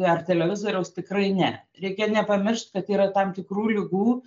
ar televizoriaus tikrai ne reikia nepamiršt kad yra tam tikrų ligų